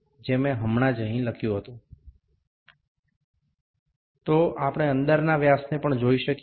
তো এছাড়াও আমরা অভ্যন্তরীণ ব্যাস দেখতে পারি